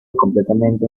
completamente